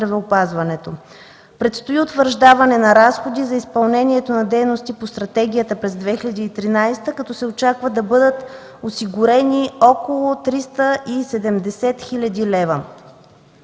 Предстои утвърждаване на разходи за изпълнението на дейности по стратегията през 2013 г., като се очаква да бъдат осигурени около 370 хил. лв.